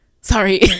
Sorry